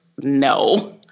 no